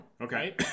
Okay